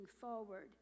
forward